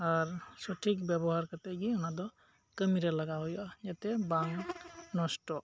ᱟᱨ ᱥᱚᱴᱷᱤᱠ ᱵᱮᱵᱚᱦᱟᱨ ᱠᱟᱛᱮᱫ ᱜᱮ ᱚᱱᱟ ᱫᱚ ᱠᱟᱹᱢᱤᱨᱮ ᱞᱟᱜᱟᱣ ᱦᱩᱭᱩᱜᱼᱟ ᱡᱟᱛᱮ ᱵᱟᱝ ᱱᱚᱥᱴᱚᱜ